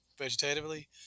vegetatively